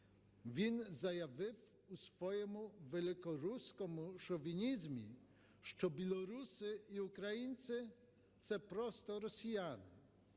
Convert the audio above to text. Він заявив у своєму великоруському шовінізмі, що білоруси і українці – це просто росіяни.